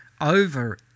over